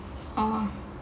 uh